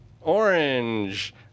Orange